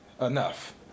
enough